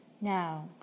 Now